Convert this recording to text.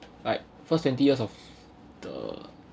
like first twenty years of the